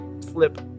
Flip